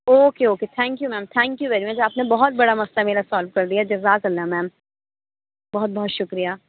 okay okay thank you ma'am thank you very much آپ نے بہت بڑا مسئلہ میرا سوالو کر دیا جزاک اللہ میم بہت بہت شکریہ